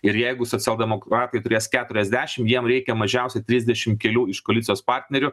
ir jeigu socialdemokratai turės keturiasdešim jiem reikia mažiausiai trisdešim kelių iš koalicijos partnerių